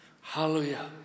Hallelujah